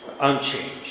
unchanged